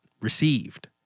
received